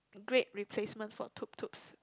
great replacement for Tutu